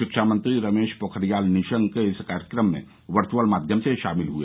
शिक्षा मंत्री रमेश पोखरियाल निशंक भी इस कार्यक्रम में वर्यअल माध्यम से शामिल हुए